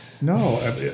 No